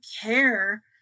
care